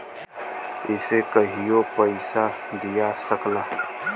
इसे कहियों पइसा दिया सकला